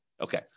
Okay